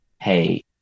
Hey